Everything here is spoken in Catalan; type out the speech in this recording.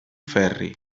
ferri